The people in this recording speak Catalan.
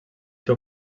seu